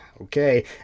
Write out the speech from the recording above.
Okay